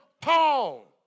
Paul